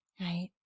right